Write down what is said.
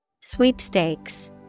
Sweepstakes